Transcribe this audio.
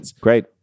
Great